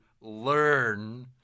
learn